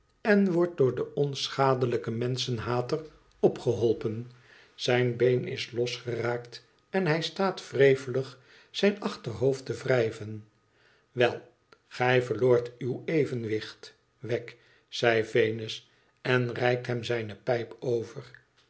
en wordt door den onschadelijken menschenhater opgeholpen zijn been is los geraakt en hij staat wrevelig zijn achterhoofd te wrijven wel gij verloort uw evenwicht wegg zegt venus en reikt hem zijne pijp over